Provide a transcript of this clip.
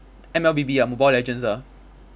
M_L_B_B ah mobile legends ah